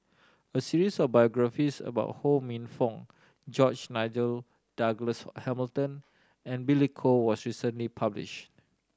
a series of biographies about Ho Minfong George Nigel Douglas Hamilton and Billy Koh was recently published